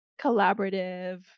collaborative